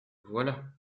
voilà